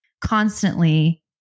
constantly